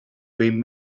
behin